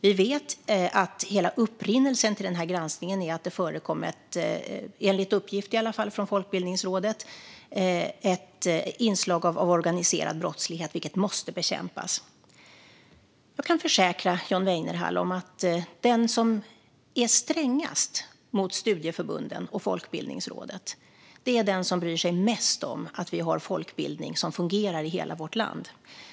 Vi vet att hela upprinnelsen till granskningen är att det förekommer, enligt uppgift från Folkbildningsrådet, inslag av organiserad brottslighet, vilket måste bekämpas. Jag kan försäkra John Weinerhall om att den som är strängast mot studieförbunden och Folkbildningsrådet är den som bryr sig mest om att folkbildningen fungerar i hela vårt land.